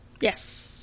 Yes